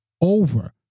over